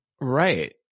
Right